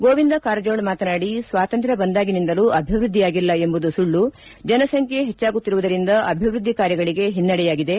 ಗೋವಿಂದ ಕಾರಜೋಳ ಮಾತನಾಡಿ ಸ್ವಾತಂತ್ವ ಬಂದಾಗಿನಿಂದಲೂ ಅಭಿವೃದ್ಧಿಯಾಗಿಲ್ಲ ಎಂಬುದು ಸುಳ್ಳು ಜನಸಂಖ್ಯೆ ಹೆಚ್ಚಾಗುತ್ತಿರುವುದಿಂದ ಅಭಿವೃದ್ದಿ ಕಾರ್ಯಗಳಿಗೆ ಹಿನ್ನಡೆಯಾಗಿದೆ